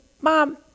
mom